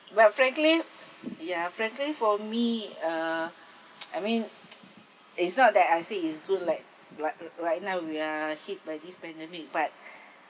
well frankly ya frankly for me uh I mean it's not that I say it's good like like uh right now we are hit by this pandemic but